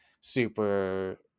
super